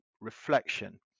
reflection